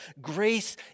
Grace